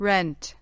Rent